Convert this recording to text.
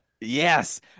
Yes